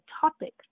topic